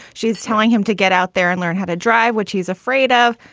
she's telling him to get out there and learn how to drive, which he's afraid of.